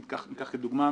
לדוגמה,